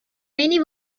many